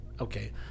okay